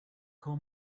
call